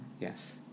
yes